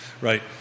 right